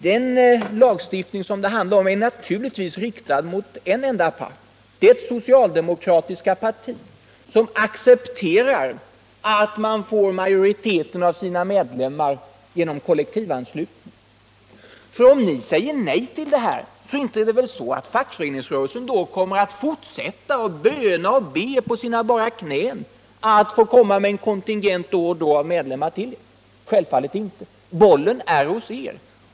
Den lagstiftning som det handlar om är naturligtvis riktad mot en enda part, det socialdemokratiska partiet, som accepterar att man får majoriteten av sina medlemmar genom kollektivanslutning. Om ni säger nej till detta, inte är det väl då så att fackföreningsrörelsen ändå kommer att fortsätta att böna och be på sina bara knän om att då och då få komma med en kontingent av medlemmar till er? Självfallet inte. Bollen är hos er.